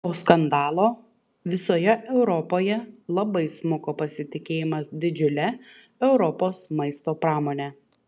po skandalo visoje europoje labai smuko pasitikėjimas didžiule europos maisto pramone